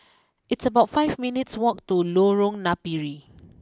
it's about five minutes walk to Lorong Napiri